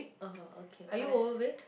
uh-huh okay are you overweight